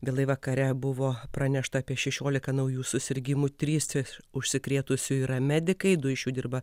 vėlai vakare buvo pranešta apie šešiolika naujų susirgimų trys iš užsikrėtusiųjų yra medikai du iš jų dirba